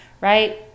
right